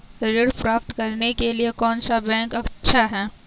ऋण प्राप्त करने के लिए कौन सा बैंक अच्छा है?